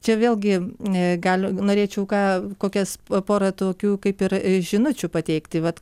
čia vėlgi gali norėčiau ką kokias porą tokių kaip ir žinučių pateikti vat